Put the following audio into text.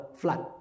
flood